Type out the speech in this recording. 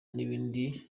n’ibindi